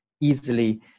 easily